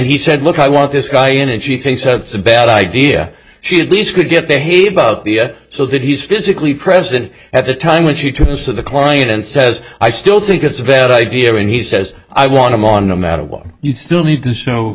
he said look i want this guy in and she thinks it's a bad idea she at least could get behave out the so that he's physically present at the time when she turns to the client and says i still think it's a bad idea and he says i want him on no matter what you still need to show